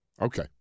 Okay